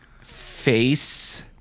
face